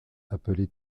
appelée